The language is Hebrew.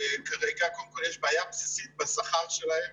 כרגע קודם כל יש בעיה בסיסית בשכר שלהם